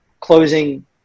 closing